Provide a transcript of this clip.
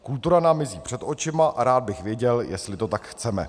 Kultura nám mizí před očima a rád bych věděl, jestli to tak chceme.